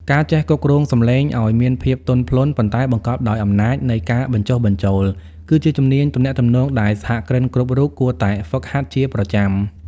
ការចេះគ្រប់គ្រងសម្លេងឱ្យមានភាពទន់ភ្លន់ ប៉ុន្តែបង្កប់ដោយអំណាចនៃការបញ្ចុះបញ្ចូល គឺជាជំនាញទំនាក់ទំនងដែលសហគ្រិនគ្រប់រូបគួរតែហ្វឹកហាត់ជាប្រចាំ។